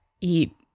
eat